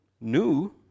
new